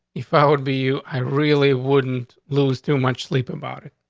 if i would be you, i really wouldn't lose too much sleep about it.